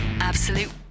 Absolute